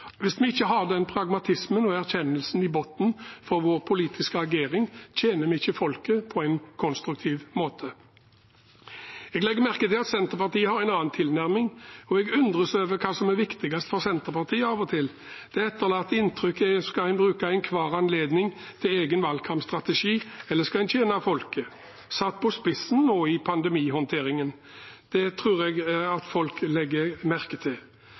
Hvis vi ikke har den pragmatismen og erkjennelsen i bunnen for vår politiske agering, tjener vi ikke folket på en konstruktiv måte. Jeg legger merke til at Senterpartiet har en annen tilnærming, og jeg undres over hva som er viktigst for Senterpartiet av og til, om en skal bruke enhver anledning til egen valgkampstrategi eller om en skal tjene folket. Det er det etterlatte inntrykket, satt på spissen nå i pandemihåndteringen. Det tror jeg folk legger merke til.